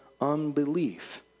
unbelief